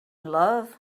love